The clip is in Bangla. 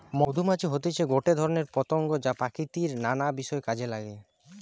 মধুমাছি হতিছে গটে ধরণের পতঙ্গ যা প্রকৃতির নানা বিষয় কাজে নাগে